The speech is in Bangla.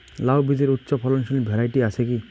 লাউ বীজের উচ্চ ফলনশীল ভ্যারাইটি আছে কী?